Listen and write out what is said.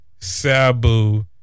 Sabu